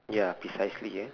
ya precisely yeah